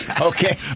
Okay